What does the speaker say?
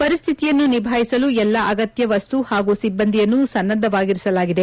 ಪರಿಸ್ಥಿತಿಯನ್ನು ನಿಭಾಯಿಸಲು ಎಲ್ಲಾ ಅಗತ್ತ ವಸ್ತು ಹಾಗೂ ಸಿಬ್ಬಂದಿಯನ್ನು ಸನ್ನದ್ದವಾಗಿರಿಸಲಾಗಿದೆ